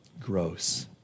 Gross